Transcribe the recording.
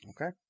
Okay